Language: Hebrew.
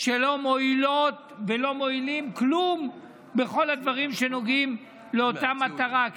שלא מועילים כלום בכל הדברים שנוגעים לאותה מטרה,